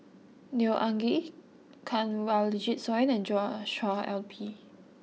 Neo Anngee Kanwaljit Soin and Joshua I P